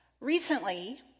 Recently